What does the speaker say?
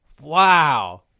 Wow